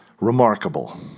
Remarkable